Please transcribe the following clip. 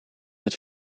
het